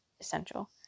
essential